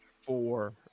four